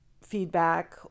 feedback